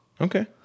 Okay